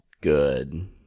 good